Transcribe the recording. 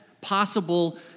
possible